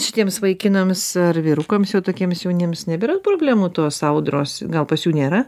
šitiems vaikinams ar vyrukams jau tokiems jauniems nebėra problemų tos audros gal pas jų nėra